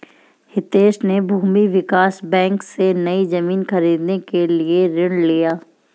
हितेश ने भूमि विकास बैंक से, नई जमीन खरीदने के लिए ऋण लिया